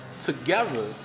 together